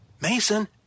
Mason